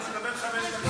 כן, מר קריב, חבר הכנסת.